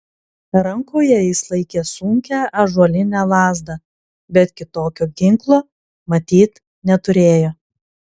rankoje jis laikė sunkią ąžuolinę lazdą bet kitokio ginklo matyt neturėjo